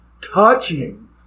touching